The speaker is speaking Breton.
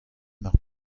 mar